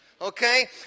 okay